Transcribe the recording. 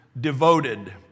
devoted